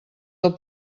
del